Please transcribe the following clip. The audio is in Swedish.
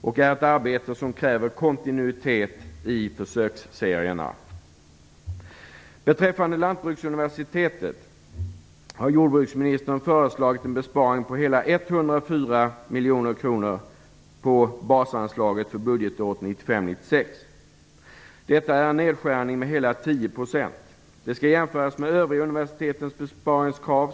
Det är ett arbete som kräver kontinuitet i försöksserierna. Beträffande Lantbruksuniversitetet har jordbruksministern föreslagit en besparing på hela 104 1995/96. Detta är en nedskärning med hela 10 % och skall jämföras med övriga universitets besparingskrav.